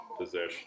Position